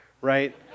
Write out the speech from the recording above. right